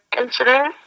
incident